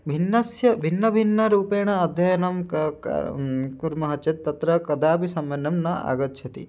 भिन्नस्य भिन्नभिन्नरूपेण अध्ययनं किं कारं कुर्मः चेत् तत्र कदापि समन्वयः न आगच्छति